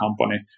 company